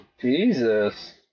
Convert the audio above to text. Jesus